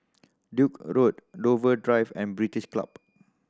Duke A Road Dover Drive and British Club